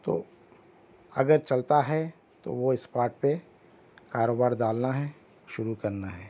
تو اگر چلتا ہے تو وہ اس بات پہ کاروبار ڈالنا ہے شروع کرنا ہے